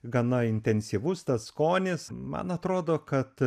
gana intensyvus tas skonis man atrodo kad